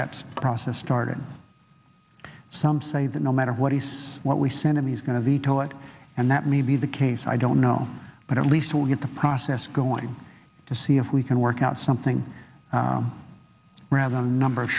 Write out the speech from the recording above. that process started some say that no matter what he's what we sent him he's going to veto it and that may be the case i don't know but at least we'll get the process going to see if we can work out something rather than a number of